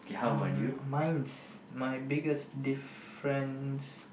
mmhmm mine's my biggest difference